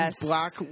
black